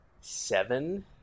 seven